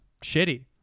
shitty